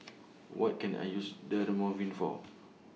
What Can I use Dermaveen For